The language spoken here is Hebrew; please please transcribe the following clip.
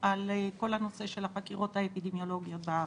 על כל הנושא של החקירות האפידמיולוגיות בארץ.